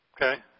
Okay